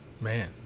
Man